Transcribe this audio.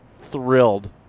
thrilled